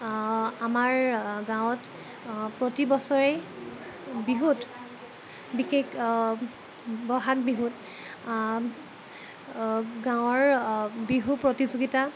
আমাৰ গাঁৱত প্ৰতিবছৰে বিহুত বিশেষ বহাগ বিহুত গাঁৱৰ বিহু প্ৰতিযোগিতা